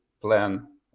plan